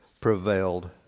prevailed